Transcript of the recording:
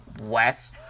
West